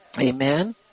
Amen